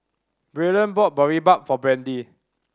Braylen bought Boribap for Brandy